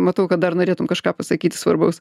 matau kad dar norėtum kažką pasakyti svarbaus